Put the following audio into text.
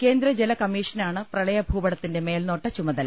കേന്ദ്ര ജല കമ്മീഷനാണ് പ്രളയ ഭൂപടത്തിന്റെ മേൽനോട്ട ചുമതല